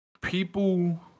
people